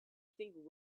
think